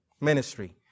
ministry